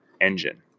engine